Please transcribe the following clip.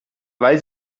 weil